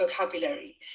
vocabulary